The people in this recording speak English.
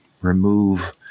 remove